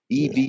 EV